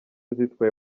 zitwaye